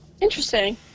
Interesting